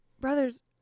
Brothers